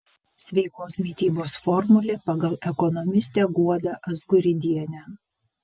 sveikos mitybos formulė pagal ekonomistę guodą azguridienę